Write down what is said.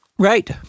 Right